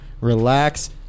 Relax